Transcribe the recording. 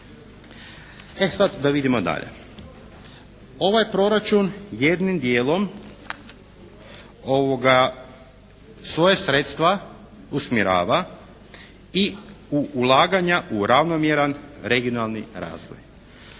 E sad da vidimo dalje. Ovaj proračun jednim dijelom svoja sredstva usmjerava i u ulaganja u ravnomjeran regionalni razvoj.